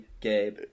Gabe